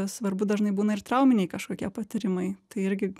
svarbu dažnai būna ir trauminiai kažkokie patyrimai tai irgi